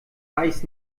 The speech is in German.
weiß